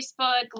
Facebook